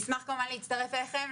נשמח כמובן להצטרף אליכם,